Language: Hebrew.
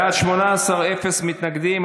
בעד 18, אפס מתנגדים.